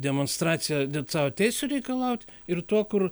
demonstraciją net savo teisių reikalaut ir tuo kur